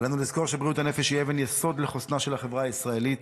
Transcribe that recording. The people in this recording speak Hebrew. עלינו לזכור שבריאות הנפש היא אבן יסוד לחוסנה של החברה הישראלית.